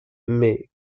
mais